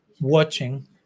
watching